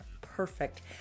perfect